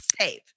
save